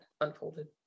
unfolded